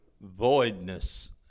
voidness